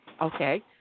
Okay